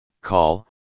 call